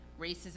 racism